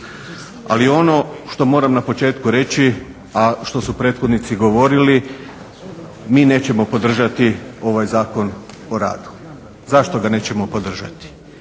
Ali ono što moram na početku reći, a što su prethodnici govorili, mi nećemo podržati ovaj Zakon o radu. Zašto ga nećemo podržati?